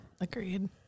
Agreed